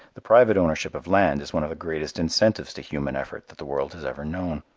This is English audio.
the private ownership of land is one of the greatest incentives to human effort that the world has ever known.